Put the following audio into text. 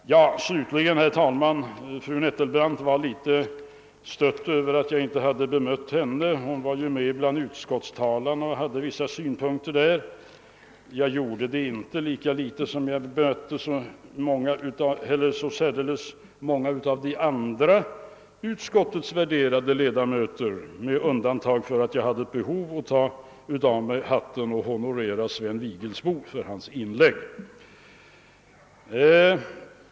Fru Nettelbrandt var litet stött över att jag inte hade bemött hennes anförande — hon var ju med bland de representanter för utskottet som talade. Jag bemötte inte henne, lika litet som jag bemötte utskottets andra värderade ledamöter med undantag för Sven Vigelsbo — jag fann anledning att ta av mig hatten och honorera honom för hans inlägg.